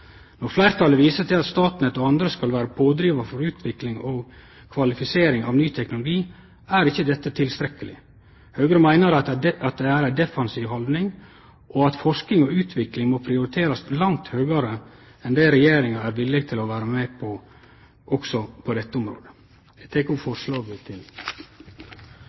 Når fleirtalet viser til at Statnett og andre skal vere pådrivarar for utvikling og kvalifisering av ny teknologi, er ikkje det tilstrekkeleg. Høgre meiner det er ei defensiv haldning, og at forsking og utvikling må prioriterast langt høgare enn det Regjeringa er villig til å vere med på, også på dette området. Eg